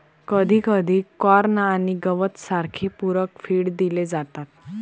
कधीकधी कॉर्न आणि गवत सारखे पूरक फीड दिले जातात